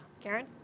Karen